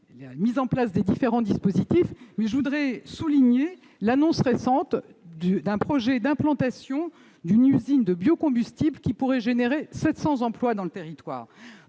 la mise en place des différents dispositifs. Je voudrais souligner l'annonce récente d'un projet d'implantation d'une usine de biocombustibles, qui pourrait créer 700 emplois dans le territoire.